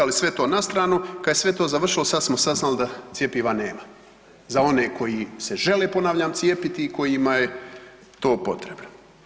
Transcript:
Ali sve to na stranu, kad je sve to završilo sad smo saznali da cjepiva nema za one koji se žele, ponavljam, cijepiti i kojima je to potrebno.